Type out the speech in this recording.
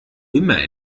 immer